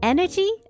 Energy